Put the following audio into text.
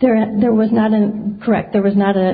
there are there was not and correct there was not a